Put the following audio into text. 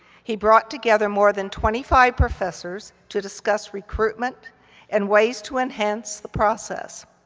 he brought together more than twenty five professors to discuss recruitment and ways to enhance the process.